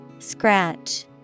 Scratch